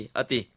ati